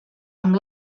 amb